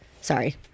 Sorry